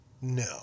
No